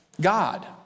God